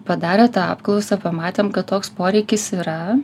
padarę tą apklausą pamatėm kad toks poreikis yra